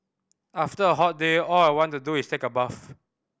after a hot day all I want to do is take a bath